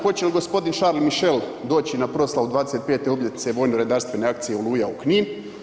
Hoće li gospodin Charles Michel doći na proslavu 25. obljetnice vojno-redarstvene akcije Oluja u Knin?